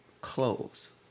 clothes